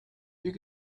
you